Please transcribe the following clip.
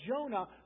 Jonah